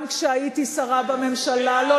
גם כשהייתי שרה בממשלה, בעד.